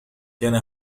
كان